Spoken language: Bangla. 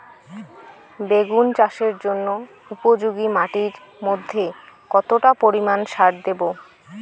বেগুন চাষের জন্য উপযোগী মাটির মধ্যে কতটা পরিমান সার দেব?